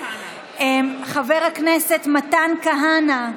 בעד, חבר הכנסת מתן כהנא,